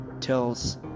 tells